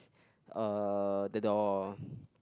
uh the door